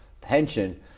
pension